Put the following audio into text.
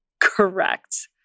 correct